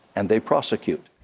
and they prosecute.